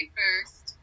first